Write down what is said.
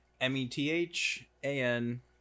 M-E-T-H-A-N